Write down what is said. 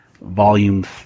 Volume